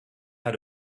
how